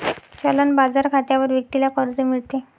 चलन बाजार खात्यावर व्यक्तीला कर्ज मिळते